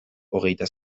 hogeita